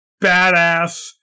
badass